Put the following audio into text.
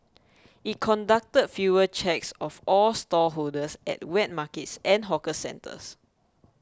it conducted fever checks of all stallholders at wet markets and hawker centres